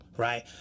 Right